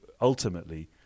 ultimately